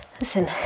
Listen